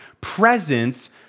presence